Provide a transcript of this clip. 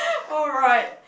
alright